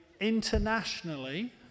internationally